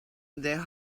their